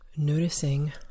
Noticing